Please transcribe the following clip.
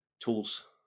tools